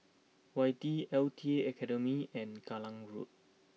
Whitley L T Academy and Kallang Road